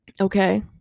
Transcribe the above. okay